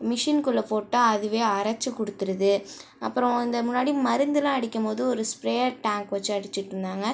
machine குள்ளே போட்டால் அதுவே அரச்சு கொடுத்துருது அப்புறோம் இந்த முன்னாடி மருந்தெலாம் அடிக்கும் போது ஒரு ஸ்ப்ரேயர் டேங்க் வச்சு அடுச்சுட்யிருந்தாங்க